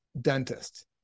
dentist